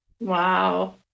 Wow